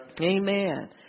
Amen